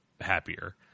happier